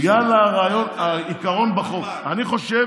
בגלל העיקרון בחוק, אני חושב